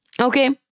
Okay